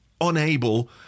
unable